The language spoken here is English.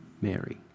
Mary